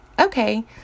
okay